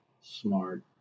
smart